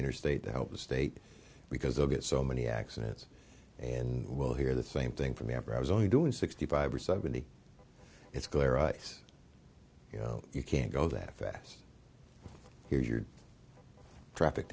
interstate to help the state because i get so many accidents and we'll hear the same thing for me after i was only doing sixty five or seventy it's glare ice you know you can't go that fast here's your traffic